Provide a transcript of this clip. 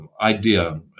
idea